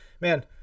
man